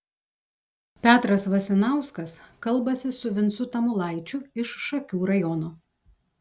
petras vasinauskas kalbasi su vincu tamulaičiu iš šakių rajono